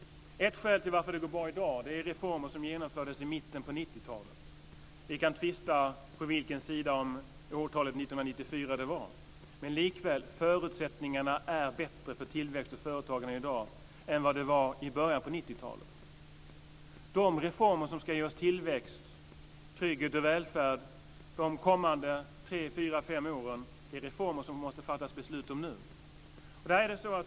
Ett skäl till varför det går bra i dag är reformer som genomfördes i mitten på 90-talet. Vi kan tvista om på vilken sida av årtalet 1994 det var. Men likväl är förutsättningarna bättre för tillväxt och företagande i dag än vad de var i början på 90-talet. De reformer som ska ge oss tillväxt, trygghet och välfärd de kommande tre, fyra, fem åren är reformer som vi måste fatta beslut om nu.